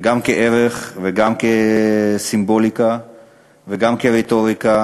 גם כערך, גם כסימבוליקה וגם כרטוריקה.